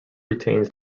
retains